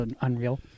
unreal